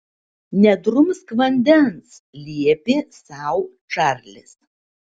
nedrumsk vandens liepė sau čarlis